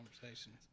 conversations